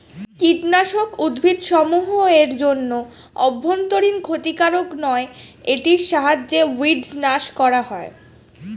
কীটনাশক উদ্ভিদসমূহ এর জন্য অভ্যন্তরীন ক্ষতিকারক নয় এটির সাহায্যে উইড্স নাস করা হয়